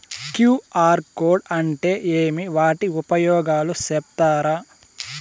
QR code అంటే ఏమి వాటి ఉపయోగాలు సెప్తారా?